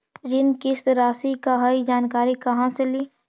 ऋण किस्त रासि का हई जानकारी कहाँ से ली?